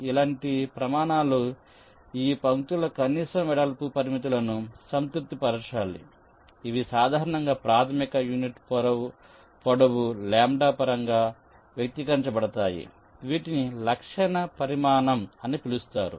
ఈ లాంటి ప్రమాణాలు ఈ పంక్తుల కనీస వెడల్పు పరిమితులను సంతృప్తి పరచాలి ఇవి సాధారణంగా ప్రాధమిక యూనిట్ పొడవు λ పరంగా వ్యక్తీకరించబడతాయి వీటిని లక్షణ పరిమాణం అని పిలుస్తారు